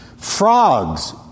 Frogs